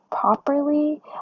properly